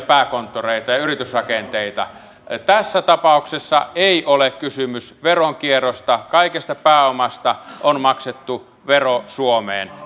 pääkonttoreita ja yritysrakenteita tässä tapauksessa ei ole kysymys veronkierrosta kaikesta pääomasta on maksettu vero suomeen